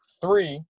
Three